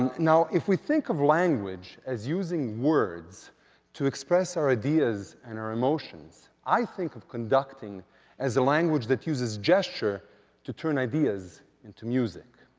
and now, if we think of language as using words to express our ideas and emotions, i think of conducting as a language that uses gesture to turn ideas into music.